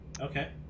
Okay